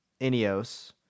Ineos